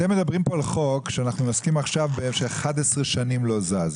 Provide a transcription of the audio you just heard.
אתם מדברים כאן על חוק בו אנחנו עוסקים עכשיו והוא במשך 11 שנים לא זז.